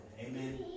Amen